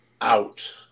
out